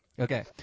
Okay